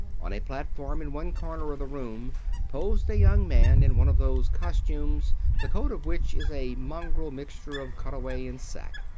on a platform in one corner of the room posed a young man in one of those costumes the coat of which is a mongrel mixture of cutaway and sack.